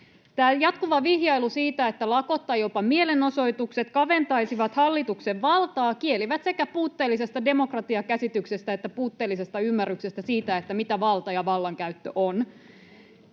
jatkuva vihjailu siitä, että lakot tai jopa mielenosoitukset kaventaisivat hallituksen valtaa, kielivät sekä puutteellisesta demokratiakäsityksestä että puutteellisesta ymmärryksestä siitä, [Kimmo Kiljunen: Tuo on